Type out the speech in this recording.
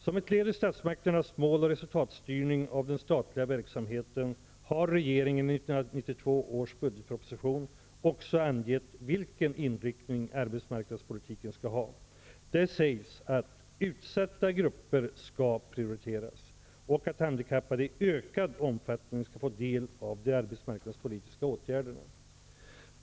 Som ett led i statsmakternas mål och resultatstyrning av den statliga verksamheten har regeringen i 1992 års budgetproposition också angett vilken inriktning arbetsmarknadspolitiken skall ha. Där sägs att ''utsatta grupper skall prioriteras'' och att arbetshandikappade i ökad omfattning skall få del av de arbetsmarknadspolitiska åtgärderna.